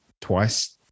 twice